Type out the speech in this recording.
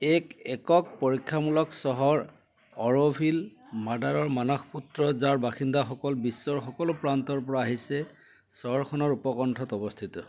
এক একক পৰীক্ষামূলক চহৰ অৰ'ভিল মাডাৰৰ মানস পুত্ৰ যাৰ বাসিন্দাসকল বিশ্বৰ সকলো প্ৰান্তৰ পৰা আহিছে চহৰখনৰ উপকণ্ঠত অৱস্থিত